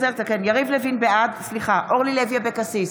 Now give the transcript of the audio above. בעד אורלי לוי אבקסיס,